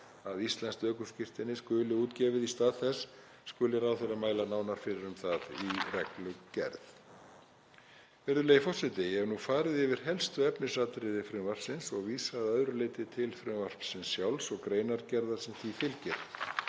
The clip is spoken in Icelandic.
að íslenskt ökuskírteini skuli útgefið í stað þess, skuli ráðherra mæla nánar fyrir um það í reglugerð. Virðulegi forseti. Ég hef nú farið yfir helstu efnisatriði frumvarpsins og vísa að öðru leyti til frumvarpsins sjálfs og greinargerðar sem því fylgir.